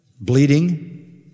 Bleeding